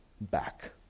back